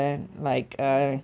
இல்ல:illa ya